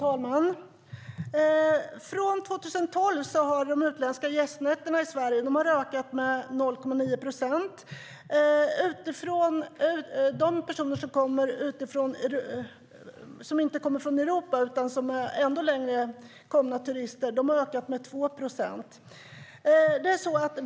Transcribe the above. Herr talman! Sedan 2012 har de utländska gästnätterna i Sverige ökat med 0,9 procent. De turister som inte kommer från Europa utan som kommer ännu längre ifrån har ökat med 2 procent.